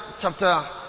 chapter